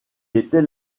était